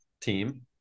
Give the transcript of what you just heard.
team